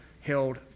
held